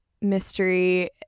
mystery